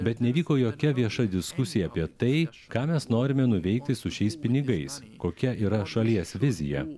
bet nevyko jokia vieša diskusija apie tai ką mes norime nuveikti su šiais pinigais kokia yra šalies vizija